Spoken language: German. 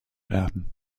werden